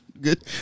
Good